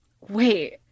wait